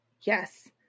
Yes